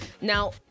Now